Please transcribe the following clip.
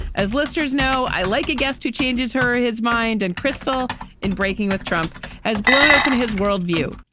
as listeners know, i like a guest who changes her, his mind. and crystal in breaking with trump has blown open his world view.